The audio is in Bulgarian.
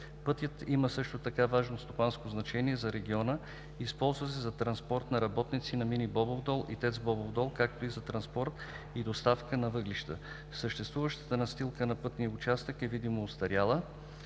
Пътят има също така важно стопанско значение за региона, използва се за транспорт на работници на мини „Бобов дол“ и ТЕЦ „Бобов дол“, както и за транспорт и доставка на въглища. Съществуващата настилка на пътния участък е видимо остаряла,